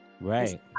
Right